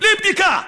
בלי בדיקה?